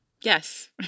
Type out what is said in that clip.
Yes